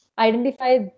identify